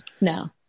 no